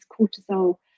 cortisol